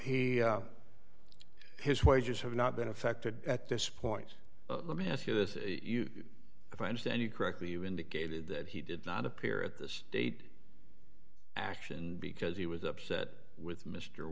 he his wages have not been affected at this point let me ask you this if you if i understand you correctly you indicated that he did not appear at the state action because he was upset with mr